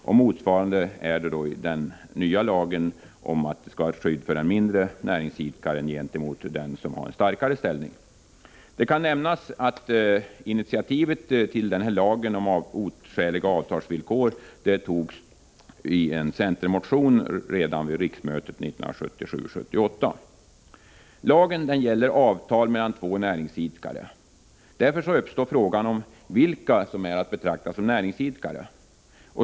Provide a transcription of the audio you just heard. Den nya lagen skall på motsvarande sätt vara ett skydd för den mindre näringsidkaren gentemot den som har en starkare ställning. Det kan nämnas att initiativet till denna lag om oskäliga avtalsvillkor mellan näringsidkare togs i en centermotion redan vid riksmötet 1977/78. Lagen gäller avtal mellan två näringsidkare. Därför uppstår frågan vilka som är att betrakta som näringsidkare.